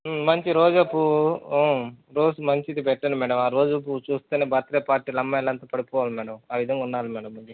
మంచి రోజా పువ్వు రోస్ మంచిది పెట్టండి మేడం ఆ రోజా పువ్వు చూస్తేనే బర్త్డే పార్టీలో అమ్మాయిలంతా పడిపోవాలి మేడం ఆ విధంగా ఉండాలి మేడం అది